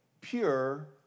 pure